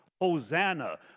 Hosanna